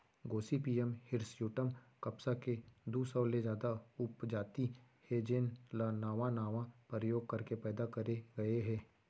Gossypium hirsutum कपसा के दू सौ ले जादा उपजाति हे जेन ल नावा नावा परयोग करके पैदा करे गए हे